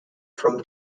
from